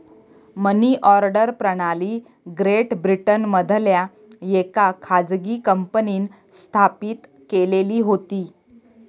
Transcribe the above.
मनी order प्रणाली great ब्रिटनमधल्या येका खाजगी कंपनींन स्थापित केलेली होती